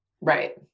Right